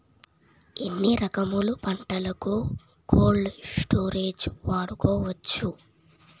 ఎన్ని రకములు పంటలకు కోల్డ్ స్టోరేజ్ వాడుకోవచ్చు?